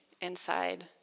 inside